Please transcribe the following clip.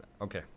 Okay